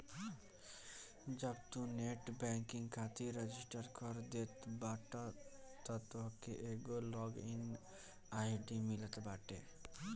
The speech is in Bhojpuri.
जब तू नेट बैंकिंग खातिर रजिस्टर कर देत बाटअ तअ तोहके एगो लॉग इन आई.डी मिलत बाटे